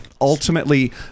ultimately